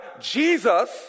Jesus